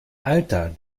alter